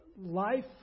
life